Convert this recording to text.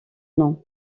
nom